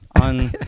on